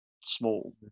small